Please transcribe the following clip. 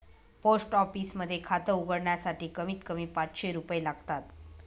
post office मध्ये खात उघडण्यासाठी कमीत कमी पाचशे रुपये लागतात